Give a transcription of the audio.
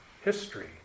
history